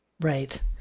Right